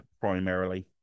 primarily